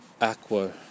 aqua